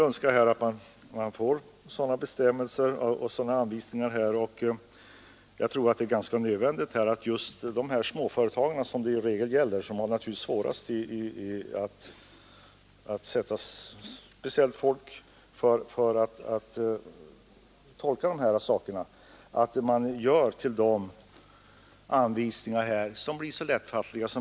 Jag tror att det är nödvändigt att just småföretagen — som det i regel gäller och som naturligtvis har svårast att avsätta speciella personer för att tolka de här bestämmelserna — får tillgång till sådana bestämmelser och anvisningar som är lättfattliga.